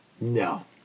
no